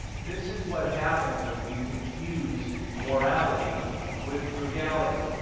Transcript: this is what happens when we confuse morality with frugality.